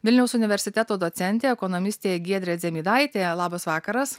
vilniaus universiteto docentė ekonomistė giedrė dzemydaitė labas vakaras